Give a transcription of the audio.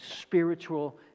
spiritual